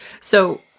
So-